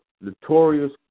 notorious